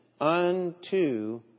unto